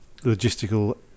logistical